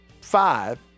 five